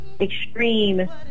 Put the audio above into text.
extreme